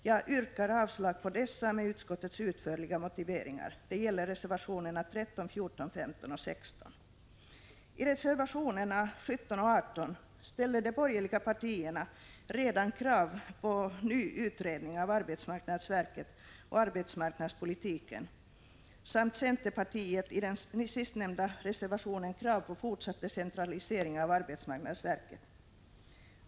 Jag yrkar avslag på dessa med utskottets utförliga motiveringar. Det gäller reservationerna 13, 14, 15 och 16. I reservationerna 17 och 18 ställer de borgerliga partierna redan krav på en ny utredning om arbetsmarknadsverket och arbetsmarknadspolitiken. Centerpartiet framför i den sistnämnda reservationen dessutom krav på fortsatt decentralisering av arbetsmarknadsverket.